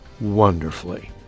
wonderfully